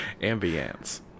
Ambiance